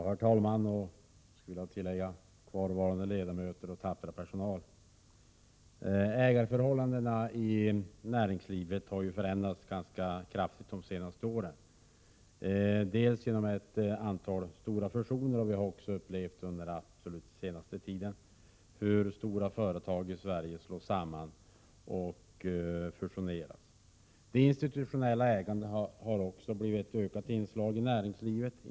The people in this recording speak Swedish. Herr talman och, skulle jag vilja tillägga, kvarvarande ledamöter och tappra personal! Ägarförhållandena i näringslivet har förändrats ganska kraftigt de senaste åren. Det har skett genom ett antal stora fusioner, och vi har också under den absolut senaste tiden upplevt hur stora företag i Sverige slås samman. Det institutionella ägandet har också blivit ett ökat inslag i näringslivet.